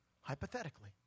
hypothetically